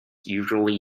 usually